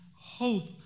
hope